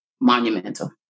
monumental